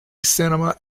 cinema